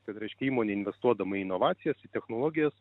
kad reiškia įmonė investuodama į inovacijas į technologijas